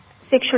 sexual